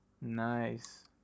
Nice